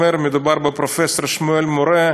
פרופסור שמואל מורה,